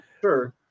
sure